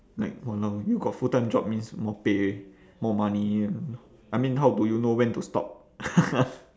like !walao! you got full time job means more pay more money I mean how do you know when to stop